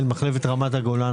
רפתנים ברמת-הגולן.